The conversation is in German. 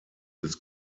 des